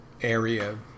area